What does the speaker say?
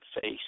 face